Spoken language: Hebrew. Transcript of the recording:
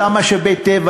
אותם משאבי טבע,